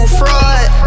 fraud